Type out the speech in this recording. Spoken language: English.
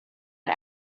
not